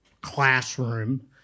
classroom